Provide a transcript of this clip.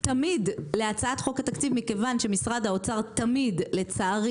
תמיד להצעת חוק התקציב מכיוון שמשרד האוצר תמיד לצערי